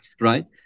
Right